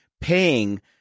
paying